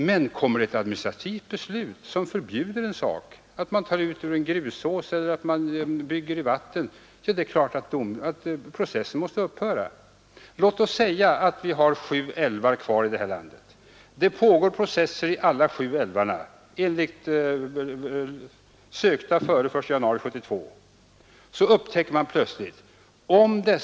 Men om det kommer ett administrativt beslut som förbjuder att man t.ex. tar grus ur en grusås eller bygger i vatten, är det klart att en pågående process måste upphöra. Anta att vi har sju älvar kvar i detta land och att det pågår processer, sökta före den 1 januari 1972, för alla sju älvarna i något avseende.